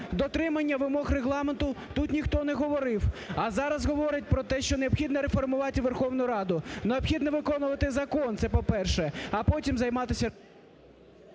дотримання вимог Регламенту тут ніхто не говорив, а зараз говорять про те, що необхідно реформувати Верховну Раду. Необхідно виконувати закон, це, по-перше. А потім займатися…